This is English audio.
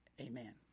Amen